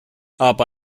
aber